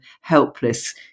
helpless